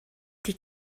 die